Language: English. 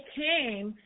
came